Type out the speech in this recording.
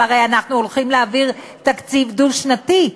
הרי אנחנו הולכים להעביר תקציב דו-שנתי.